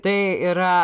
tai yra